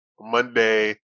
monday